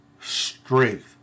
strength